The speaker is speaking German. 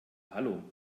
hallo